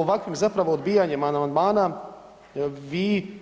Ovakvim zapravo odbijanjem amandmana vi